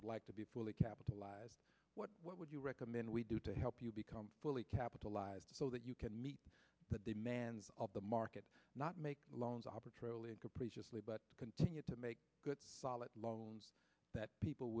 would like to be fully capitalized what would you recommend we do to help you become fully capitalized so that you can meet the demands of the market not make loans arbitrarily and capriciously but continue to make good solid loans that people